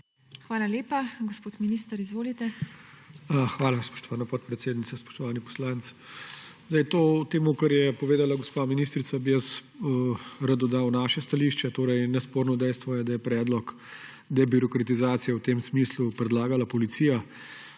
Hvala lepa. Gospod minister, izvolite. **ALEŠ HOJS:** Hvala, spoštovana podpredsednica. Spoštovani poslanec! Temu, kar je povedala gospa ministrica, bi jaz rad dodal naše stališče. Nesporno dejstvo je, da je predlog debirokratizacije v tem smislu predlagala Policija.